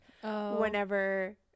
whenever